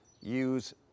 use